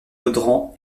audran